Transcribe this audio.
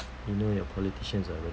you know your politicians uh brother